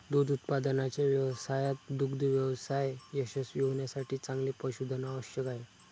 दूध उत्पादनाच्या व्यवसायात दुग्ध व्यवसाय यशस्वी होण्यासाठी चांगले पशुधन आवश्यक आहे